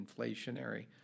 inflationary